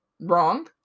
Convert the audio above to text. Wrong